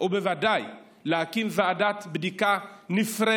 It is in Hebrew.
ובוודאי להקים ועדת בדיקה נפרדת,